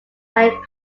are